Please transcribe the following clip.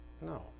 No